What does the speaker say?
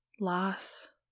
loss